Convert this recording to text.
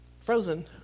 Frozen